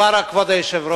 כבוד היושב-ראש,